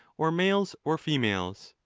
or nlales or females.